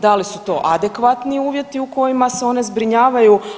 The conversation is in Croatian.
Da li su to adekvatni uvjeti u kojima se one zbrinjavaju?